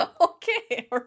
Okay